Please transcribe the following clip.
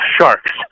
sharks